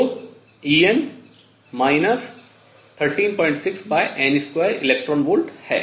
तो En 136n2 eV electron volt है